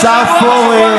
השר פורר,